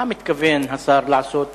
מה מתכוון השר לעשות בנדון,